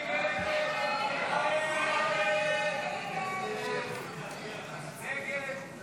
הסתייגות 1 לחלופין ג לא